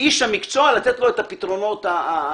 איש המקצוע, לתת לו את הפתרונות הראויים.